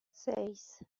seis